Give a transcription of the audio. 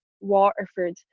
Waterford